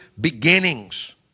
beginnings